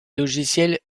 logiciels